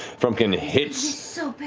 frumpkin hits